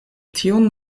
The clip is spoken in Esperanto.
tiun